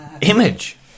Image